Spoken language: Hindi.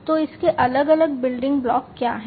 तो इसके अलग अलग बिल्डिंग ब्लॉक क्या हैं